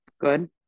Good